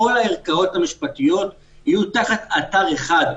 כל הערכאות המשפטיות יהיו תחת אתר אחד.